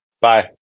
Bye